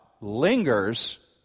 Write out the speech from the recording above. lingers